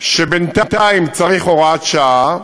שבינתיים צריך הוראת שעה,